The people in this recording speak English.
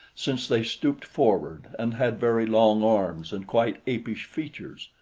since they stooped forward and had very long arms and quite apish features.